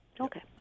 Okay